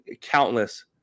countless